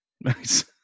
Nice